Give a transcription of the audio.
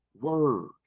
word